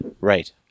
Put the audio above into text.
Right